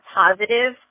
positive